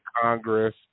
Congress